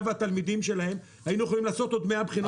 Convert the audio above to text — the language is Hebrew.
והתלמידים שלהם היינו יכולים לעשות עוד 100 בחינות.